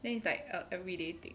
then it's like a everyday thing